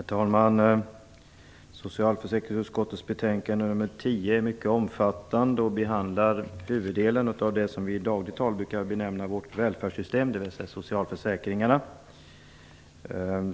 Herr talman! Socialförsäkringsutskottets betänkande nr 10 är mycket omfattande och behandlar huvuddelen av det som vi i dagligt tal brukar benämna vårt välfärdssystem, dvs. socialförsäkringarna.